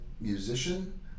musician